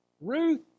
Ruth